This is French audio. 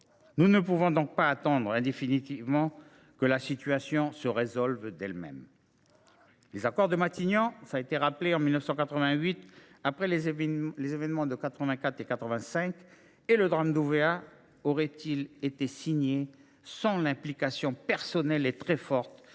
Nous ne pouvons donc pas attendre indéfiniment que la situation se résolve d’elle même. Les accords de Matignon, signés en 1988, après les événements de 1984 et de 1985 et après le drame d’Ouvéa, l’auraient ils été sans l’implication personnelle très forte